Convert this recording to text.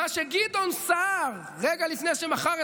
מה שגדעון סער פרסם במצע המפלגה שלו רגע לפני